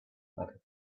matter